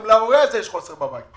גם להורה הזה יש חוסר בבית.